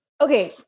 okay